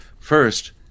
First